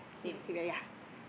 you want to say that yeah